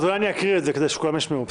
אז אני אקריא את זה כדי שכולם ישמעו.